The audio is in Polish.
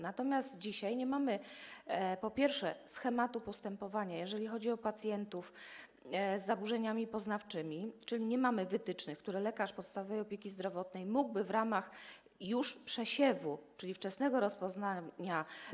Natomiast dzisiaj nie mamy, po pierwsze, schematu postępowania, jeżeli chodzi o pacjentów z zaburzeniami poznawczymi, czyli nie mamy wytycznych, które lekarz podstawowej opieki zdrowotnej mógłby zastosować już w ramach przesiewu, czyli wczesnego rozpoznania.